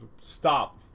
stop